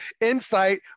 insight